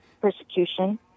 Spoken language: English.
persecution